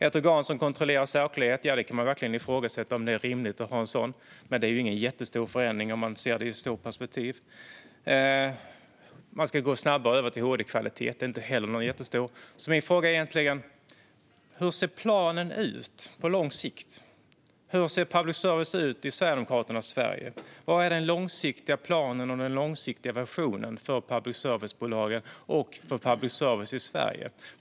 Man kan verkligen ifrågasätta om det är rimligt att ha ett organ som kontrollerar saklighet, men det är ju ingen jättestor förändring om man ser det i ett stort perspektiv. Att gå snabbare över till hd-kvalitet är inte heller någon jättestor förändring. Min fråga är egentligen: Hur ser planen ut på lång sikt? Hur ser public service ut i Sverigedemokraternas Sverige? Vad är den långsiktiga planen och den långsiktiga versionen för public service-bolagen och för public service i Sverige?